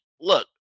look